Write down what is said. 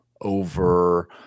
over –